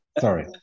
Sorry